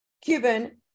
Cuban